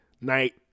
night